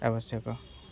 ଆବଶ୍ୟକ